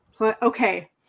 okay